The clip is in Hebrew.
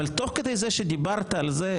אבל תוך כדי זה שדיברת על זה,